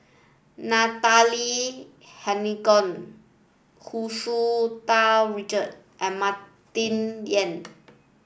Natalie Hennedige Hu Tsu Tau Richard and Martin Yan